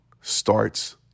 starts